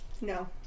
No